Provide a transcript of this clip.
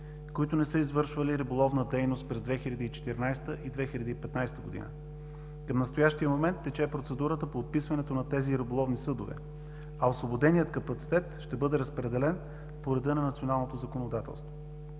които не са извършвали риболовна дейност през 2014 г. и 2015 г. Към настоящия момент тече процедурата по отписването на тези риболовни съдове, а освободеният капацитет ще бъде разпределен по реда на националното законодателство.